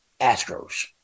Astros